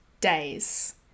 days